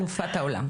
הכל בסדר.